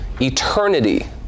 eternity